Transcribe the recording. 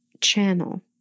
channel